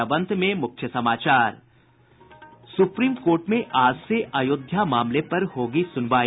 और अब अंत में मुख्य समाचार सुप्रीम कोर्ट में आज से अयोध्या मामले पर होगी सुनवाई